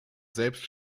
selbst